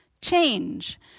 Change